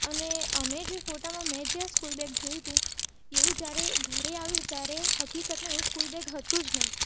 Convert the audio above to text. અને અમે જે ફોટામાં મેં કે સ્કૂલ બેગ જોયું તું એવું જ્યારે ઘરે આવ્યું ત્યારે હકીકતમાં એવું સ્કૂલ બેગ હતું જ નહીં